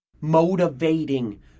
motivating